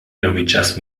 nomiĝas